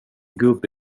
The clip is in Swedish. gubbe